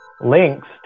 links